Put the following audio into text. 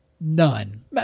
none